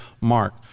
mark